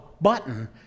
button